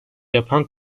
yapan